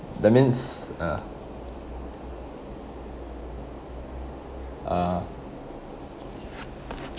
that means uh ah